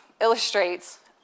illustrates